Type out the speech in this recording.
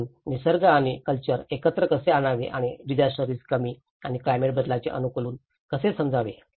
म्हणूनच निसर्ग आणि कल्चर एकत्र कसे आणावे आणि डिझास्टर रिस्क कमी आणि क्लायमेट बदलाचे अनुकूलन कसे समजावे